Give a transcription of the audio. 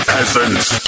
Peasants